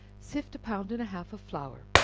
sift a pound and a half of flour,